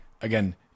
again